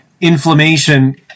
Inflammation